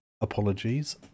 Apologies